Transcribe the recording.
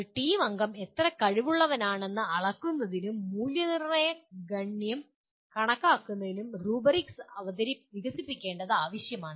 ഒരു ടീം അംഗം എത്ര കഴിവുള്ളവനാണെന്ന് അളക്കുന്നതിനും മൂല്യനിർണ്ണയ ഗണ്യം കണക്കാക്കുന്നതിനും റൂബ്രിക്സ് വികസിപ്പിക്കേണ്ടത് ആവശ്യമാണ്